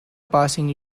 passing